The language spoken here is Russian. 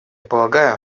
полагаю